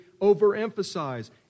overemphasize